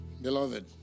Beloved